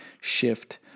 shift